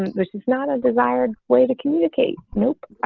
which is not a desired way to communicate. nope.